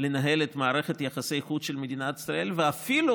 לנהל את מערכת יחסי החוץ של מדינת ישראל ואפילו,